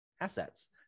assets